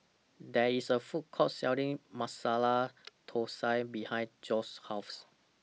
There IS A Food Court Selling Masala Thosai behind Joeseph's House